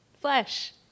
Flesh